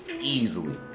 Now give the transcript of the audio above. easily